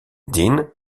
dean